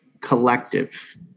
collective